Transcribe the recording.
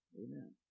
Amen